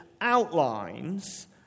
outlines